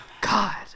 god